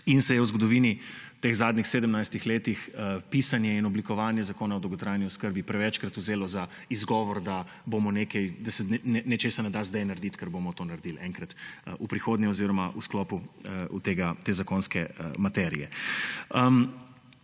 in se je v zgodovini, v teh zadnjih 17 letih pisanje in oblikovanje zakona o dolgotrajni oskrbi prevečkrat vzelo za izgovor, da se nečesa ne da zdaj narediti, ker bomo to naredili enkrat v prihodnje oziroma v sklopu te zakonske materije.